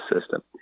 system